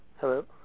Hello